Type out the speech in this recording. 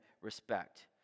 respect